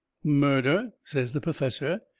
murder! says the perfessor.